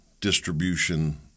distribution